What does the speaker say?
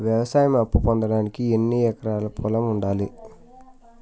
వ్యవసాయ అప్పు పొందడానికి ఎన్ని ఎకరాల పొలం ఉండాలి?